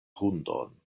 hundon